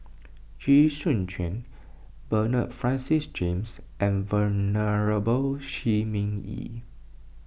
Chee Soon Juan Bernard Francis James and Venerable Shi Ming Yi